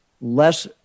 less